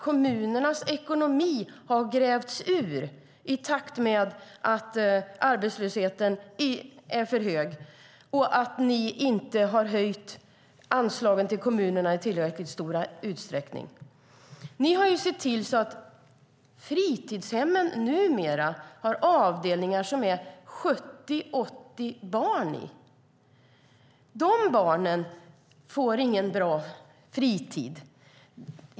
Kommunernas ekonomi har grävts ur i takt med att arbetslösheten är för hög och att ni inte har höjt anslagen till kommunerna i tillräckligt stor utsträckning. Ni har sett till att det numera finns avdelningar med 70-80 barn på fritidshemmen. De barnen får ingen bra fritid.